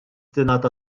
tingħata